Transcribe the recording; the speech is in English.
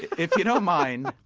if you don't mind,